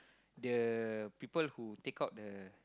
the people who take out the